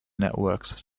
networks